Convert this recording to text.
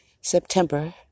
September